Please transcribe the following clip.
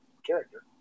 character